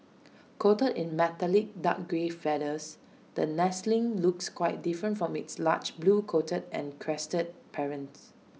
coated in metallic dark grey feathers the nestling looks quite different from its large blue coated and crested parents